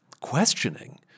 questioning